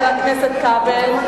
חבר הכנסת כבל,